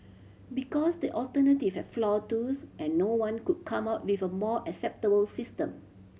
because the alternative have flaw too and no one could come up with a more acceptable system